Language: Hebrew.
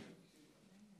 גברתי היושבת-ראש,